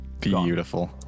Beautiful